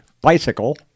bicycle